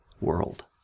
world